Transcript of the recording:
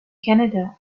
canada